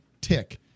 tick